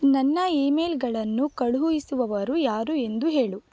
ನನ್ನ ಇಮೇಲ್ಗಳನ್ನು ಕಳುಹಿಸುವವರು ಯಾರು ಎಂದು ಹೇಳು